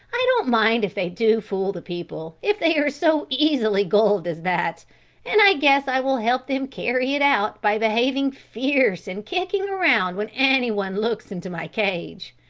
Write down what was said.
i don't mind if they do fool the people, if they are so easily gulled as that and i guess i will help them carry it out by behaving fierce and kicking around when anyone looks into my cage.